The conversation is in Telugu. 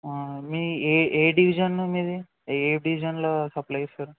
మీ ఏ ఏ డివిజను మీది ఏ ఏ డివిజన్లో సప్లై చేస్తారు